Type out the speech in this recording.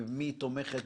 במי היא תומכת,